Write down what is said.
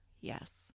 Yes